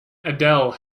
adele